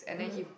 mmhmm